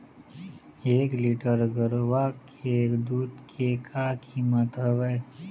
एक लीटर गरवा के दूध के का कीमत हवए?